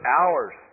hours